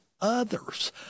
others